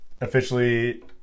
officially